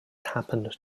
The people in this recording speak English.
happened